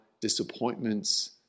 disappointments